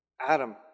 Adam